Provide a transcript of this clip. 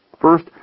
First